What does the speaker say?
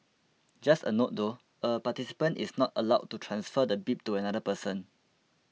just a note though a participant is not allowed to transfer the bib to another person